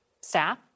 Staff